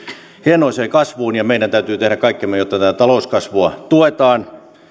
hienoiseen kasvuun ja meidän täytyy tehdä kaikkemme jotta tätä talouskasvua tuetaan